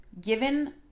Given